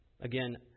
Again